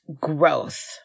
growth